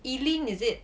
eileen is it